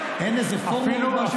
אין איזה forward או משהו?